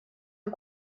une